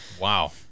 Wow